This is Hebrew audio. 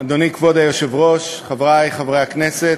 אדוני כבוד היושב-ראש, חברי חברי הכנסת,